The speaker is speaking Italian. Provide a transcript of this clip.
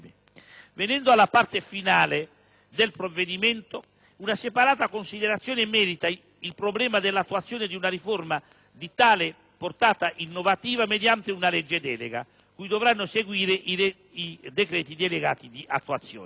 Venendo alla parte finale del provvedimento, una separata considerazione merita infine il problema della attuazione di una riforma di tale portata innovativa mediante una legge delega, cui dovranno seguire i relativi decreti legislativi di attuazione.